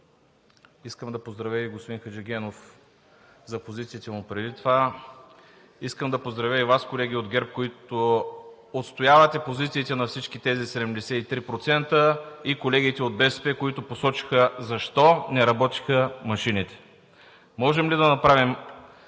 Искам да поздравя и господин Хаджигенов за позициите му преди това. Искам да поздравя и Вас, колеги от ГЕРБ, които отстоявате позициите на всички тези 73%, и колегите от БСП, които посочиха защо не работиха машините. Можем ли да направим